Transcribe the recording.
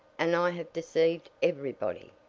and i have deceived everybody!